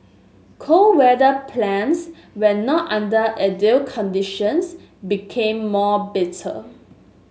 cold weather plants when not under ideal conditions became more bitter